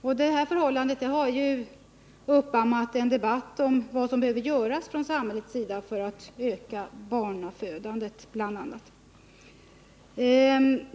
Och det förhållandet har uppammat en debatt om vad som behöver göras från samhällets sida för att bl.a. öka barnafödandet.